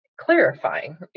clarifying